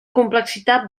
complexitat